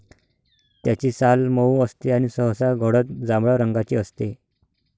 त्याची साल मऊ असते आणि सहसा गडद जांभळ्या रंगाची असते